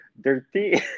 Dirty